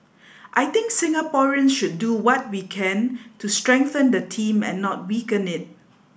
I think Singaporeans should do what we can to strengthen the team and not weaken it